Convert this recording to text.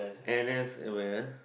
n_s where